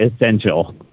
essential